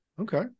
Okay